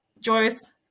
Joyce